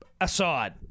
aside